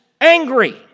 angry